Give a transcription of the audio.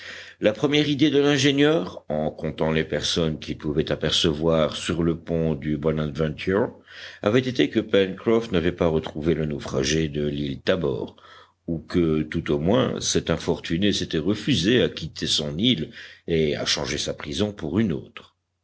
la première idée de l'ingénieur en comptant les personnes qu'il pouvait apercevoir sur le pont du bonadventure avait été que pencroff n'avait pas retrouvé le naufragé de l'île tabor ou que tout au moins cet infortuné s'était refusé à quitter son île et à changer sa prison pour une autre